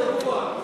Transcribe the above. זה לא כל אירוע.